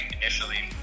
initially